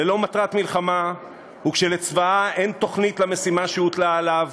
ללא מטרת מלחמה וכשלצבאה אין תוכנית למשימה שהוטלה עליו,